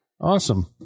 awesome